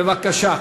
בבקשה.